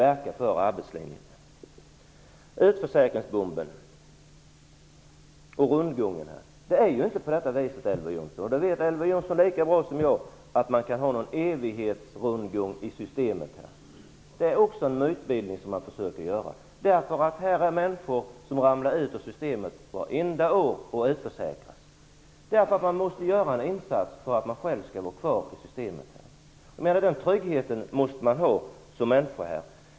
Vidare var det frågan om utförsäkringsbomben och rundgångarna. Elver Jonsson vet lika väl som jag att det inte går att ha någon evighetsrundgång i systemet. Det är också mytbildning. Här finns människor som varenda år ramlar ut ur systemet och utförsäkras. Man måste själv göra en insats för att vara kvar i systemet. Den tryggheten måste man ha som människa.